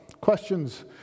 questions